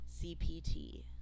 CPT